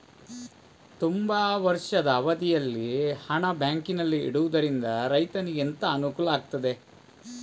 ತುಂಬಾ ವರ್ಷದ ಅವಧಿಯಲ್ಲಿ ಹಣ ಬ್ಯಾಂಕಿನಲ್ಲಿ ಇಡುವುದರಿಂದ ರೈತನಿಗೆ ಎಂತ ಅನುಕೂಲ ಆಗ್ತದೆ?